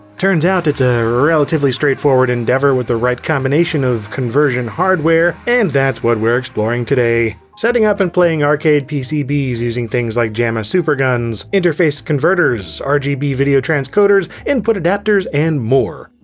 turns out it's a relatively straightforward endeavor with the right combination of conversion hardware. and that's what we're exploring today! setting up and playing arcade pcbs using things like jamma superguns, interface converters, ah rgb video transcoders, input adapters and more.